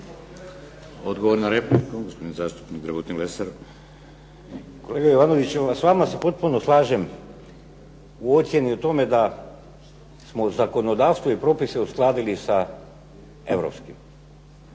Odgovor na repliku, gospodin zastupnik Dragutin Lesar. **Lesar, Dragutin (Nezavisni)** Gospodine Jovanoviću, s vama se potpuno slažem u ocjeni o tome da smo u zakonodavstvu i propise uskladili sa europskim.